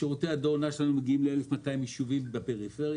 שירותי הדואר נע שלנו מגיעים ל-1,200 יישובים בפריפריה.